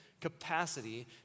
Capacity